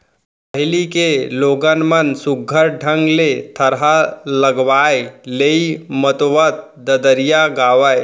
पहिली के लोगन मन सुग्घर ढंग ले थरहा लगावय, लेइ मतोवत ददरिया गावयँ